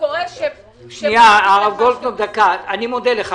אני מודה לך.